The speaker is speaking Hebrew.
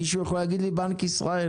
מישהו יכול להגיד לי, בנק ישראל?